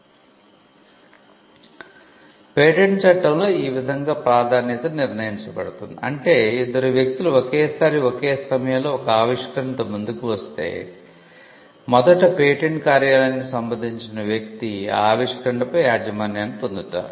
కాబట్టి పేటెంట్ చట్టంలో ఈ విధంగా ప్రాధాన్యత నిర్ణయించబడుతుంది అంటే ఇద్దరు వ్యక్తులు ఒకేసారి ఒకే సమయంలో ఒక ఆవిష్కరణతో ముందుకు వస్తే మొదట పేటెంట్ కార్యాలయాన్ని సంప్రదించిన వ్యక్తి ఆ ఆవిష్కరణపై యాజమాన్యాన్ని పొందుతారు